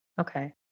Okay